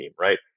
right